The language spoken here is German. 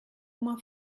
oma